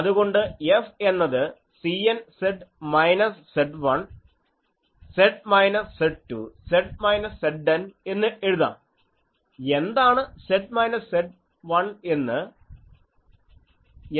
അതുകൊണ്ട് F എന്നത് CN Z minus Z1 Z minus Z2 Z minus ZN എന്ന് എഴുതാം